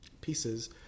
pieces